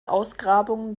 ausgrabungen